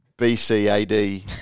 B-C-A-D